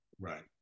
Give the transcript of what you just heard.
Right